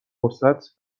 فرصت